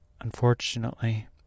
Unfortunately